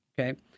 Okay